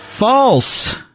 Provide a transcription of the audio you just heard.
False